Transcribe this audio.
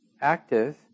active